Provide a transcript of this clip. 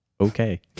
Okay